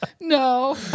No